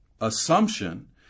assumption